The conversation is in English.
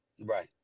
Right